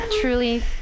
truly